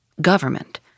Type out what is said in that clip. government